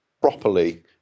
properly